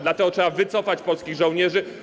Dlatego trzeba wycofać polskich żołnierzy.